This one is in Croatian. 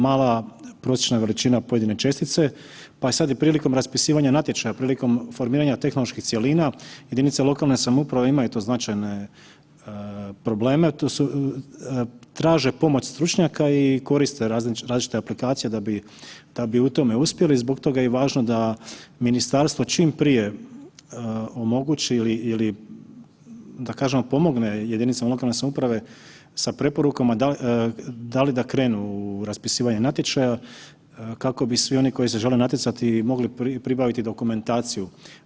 Mala prosječna veličina pojedine čestice pa je sad prilikom raspisivanja natječaja, prilikom formiranja tehnoloških cjelina, jedinice lokalne samouprave to imaju značajne probleme, to su, traže pomoć stručnjaka i koriste različite aplikacije da bi u tome uspjeli, zbog toga je i važno da ministarstvo čim prije omogući ili da kažemo pomogne jedinicama lokalne samouprave sa preporukama da li da krenu u raspisivanje natječaja kako bi svi oni koji se žele natjecati mogli pribaviti dokumentaciju.